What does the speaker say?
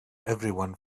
everyone